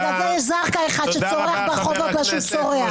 בגלל זה יש זרקא אחד שצורח ברחובות מה שהוא צורח.